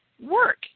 work